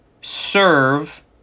serve